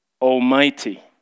Almighty